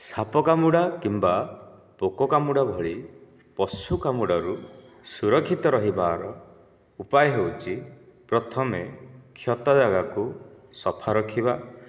ସାପ କାମୁଡ଼ା କିମ୍ବା ପୋକ କାମୁଡ଼ା ଭଳି ପଶୁ କାମୁଡ଼ାରୁ ସୁରକ୍ଷିତ ରହିବାର ଉପାୟ ହେଉଛି ପ୍ରଥମେ କ୍ଷତ ଜାଗାକୁ ସଫା ରଖିବା